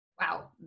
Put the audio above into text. Wow